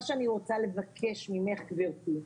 מה שאני רוצה לבקש ממך, גברתי,